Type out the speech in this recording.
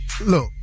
Look